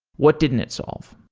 what didn't it solve?